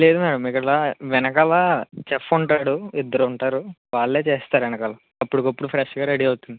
లేదు మ్యాడమ్ ఇక్కడ వెనకాల షఫ్ఫ్ ఉంటాడు ఇద్దరు ఉంటారు వాళ్ళే చేస్తారు వెనకాల ఇప్పుడికిప్పుడు ఫ్రెష్ గా రెడీ అవుతుంది